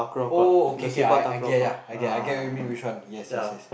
oh okay K I get ya I get you mean which one yes yes yes